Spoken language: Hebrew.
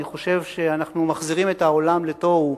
אני חושב שאנחנו מחזירים את העולם לתוהו.